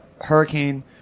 hurricane